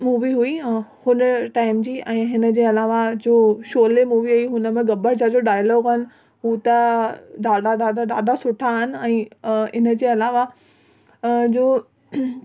movie हुई हुन time जी ऐं हिन जे अलावा जो शोले मूवी हुई हुन में गब्बर जंहिंजो डायलॉग आहिनि उहे त ॾाढा ॾाढा ॾाढा ॾाढा सुठा आहिनि ऐं इन जे अलावा जो